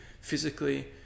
physically